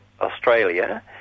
Australia